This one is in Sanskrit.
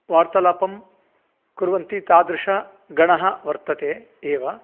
वार्तालापं कुर्वन्ति तादृशगणः वर्तते एव